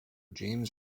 james